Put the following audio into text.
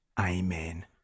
Amen